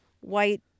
white